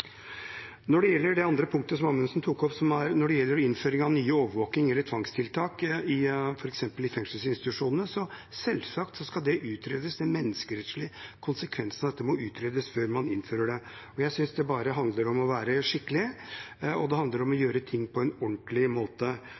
Når det gjelder det andre punktet som representanten Amundsen tok opp, om innføring av nye overvåkings- eller tvangstiltak i f.eks. fengselsinstitusjoner, skal selvsagt de menneskerettslige konsekvensene av det utredes før man innfører det. Jeg synes det handler om å være skikkelig, og det handler om å gjøre ting på en ordentlig måte.